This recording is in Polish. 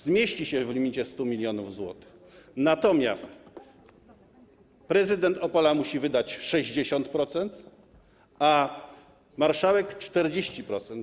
Zmieści się to w limicie 100 mln zł, natomiast prezydent Opola musi wydać 60%, a marszałek - 40%.